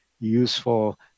useful